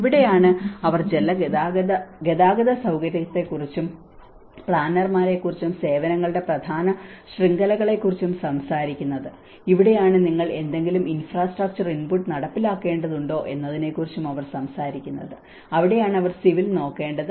ഇവിടെയാണ് അവർ ഗതാഗത സൌകര്യങ്ങളെക്കുറിച്ചും പ്ലാനർമാരെക്കുറിച്ചും സേവനങ്ങളുടെ പ്രധാന ശൃംഖലകളെക്കുറിച്ചും സംസാരിക്കുന്നത് ഇവിടെയാണ് നിങ്ങൾ എന്തെങ്കിലും ഇൻഫ്രാസ്ട്രക്ചർ ഇൻപുട്ട് നടപ്പിലാക്കേണ്ടതുണ്ടോ എന്നതിനെക്കുറിച്ച് അവർ സംസാരിക്കുന്നത് അവിടെയാണ് അവർ സിവിൽ നോക്കേണ്ടത്